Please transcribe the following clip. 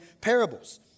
parables